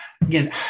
again